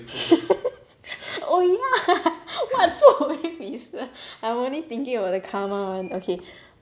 oh ya what food will we be serve I'm only thinking about the karma [one] okay